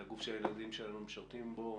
זה הגוף שהילדים שלנו משרתים בו,